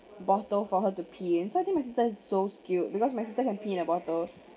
bottle for her to pee in so I think my sister is so cute because my sister can pee in a bottle